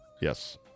Yes